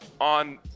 on